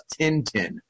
Tintin